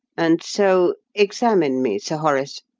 and so examine me, sir horace,